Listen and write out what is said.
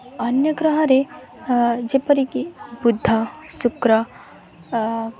ଅନ୍ୟ ଗ୍ରହରେ ଯେପରିକି ବୁଧ ଶୁକ୍ର